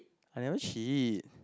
I never shit